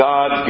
God